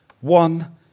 one